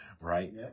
right